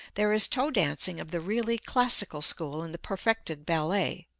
there is toe dancing of the really classical school in the perfected ballet.